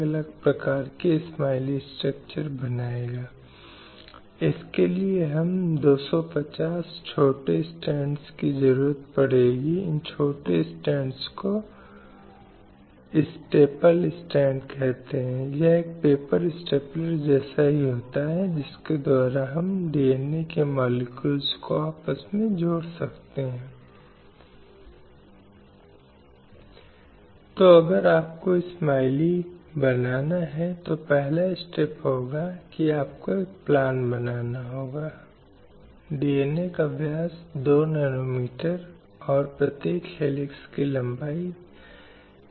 अपने सभी रूपों में हिंसा चाहे वह शारीरिक मनोवैज्ञानिक या यौन और महिलाओं के परिणामी अधिकारों की हो जिन्हें महिलाओं की सुरक्षा और सुरक्षा की दिशा में अलग अलग राष्ट्र द्वारा बनाए और स्थापित किया जाना है और यह देखना है कि हिंसा के सभी रूपों की कड़े शब्दों में निंदा की जाती है